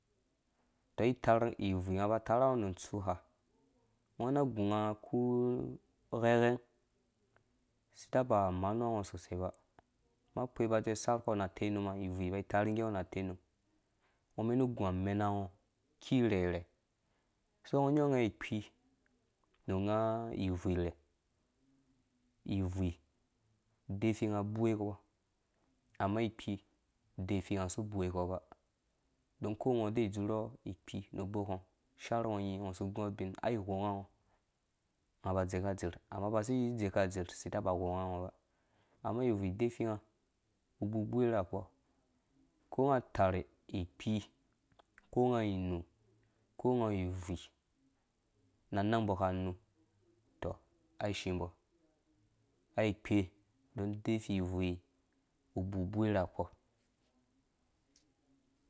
Utang itar ibvui aba atara ngo nu untsuu ha, ungu una ugũ nga uku ughɛghɛng, asi itaba amanu nga ungo usosai uba, amma ukpe uba sarkpɔ nu tenuma, ibum iba itar ngge ngo na tenum, ngo umani igũ amɛna ngo ioki irheirhei uso ungounyaɔ̃ ung ikpi nu unga ibvui rɛ, ibvui udefi nga ubewu kpɔ, amma ikpi udefinga usi ibewukpɔ uba on uko ungɔ udɛɛ̃ udzurɔ ikpi nu ubok ngo, shaar ngo unyi usi iguɔ̃ ubin ai ghonga ungo, unga aba adzeka adzirh amma abasi nzeka adzirh, asi itaba ghonga ngo uba amma ibvui udefi nga uwu ubibi rakpɔ, uko unga atar ikpi, uko unga awu inu uko unga awu ibvui na nang umbɔ aka nuu tutɔ ashimbɔ ai ikpe udon udefi ibvui uwu ubeberakpɔ.